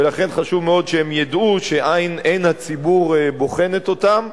ולכן חשוב מאוד שהם ידעו שעין הציבור בוחנת אותם,